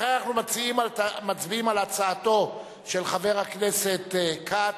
לכן אנחנו מצביעים על הצעתו של חבר הכנסת כץ,